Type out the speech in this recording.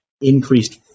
increased